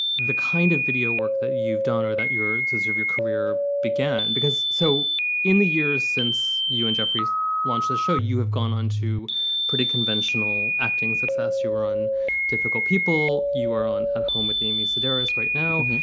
the kind of video work that you've done or that your days sort of your career began because so in the years since you in jefferys launched the show, you have gone on to pretty conventional acting success. you were on difficult people. you are on at home with amy sedaris right now.